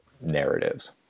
narratives